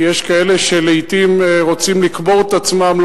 כי יש כאלה שלעתים רוצים לקבור את עצמם,